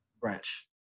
branch